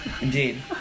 indeed